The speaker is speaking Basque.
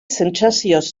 sentsazioz